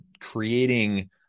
creating